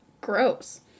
gross